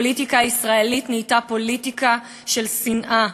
הפוליטיקה הישראלית נהייתה פוליטיקה של שנאה.